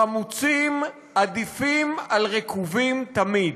חמוצים עדיפים על רקובים תמיד.